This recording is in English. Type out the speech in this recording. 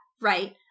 right